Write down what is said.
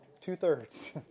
Two-thirds